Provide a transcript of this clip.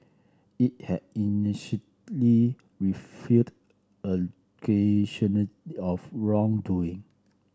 it had initially refuted of wrongdoing